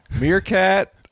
Meerkat